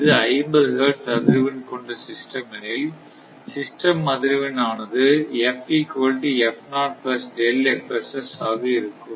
இது 50 ஹெர்ட்ஸ் அதிர்வெண் கொண்ட சிஸ்டம் எனில் சிஸ்டம் அதிர்வெண் ஆனது ஆக இருக்கும்